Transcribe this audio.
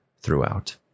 throughout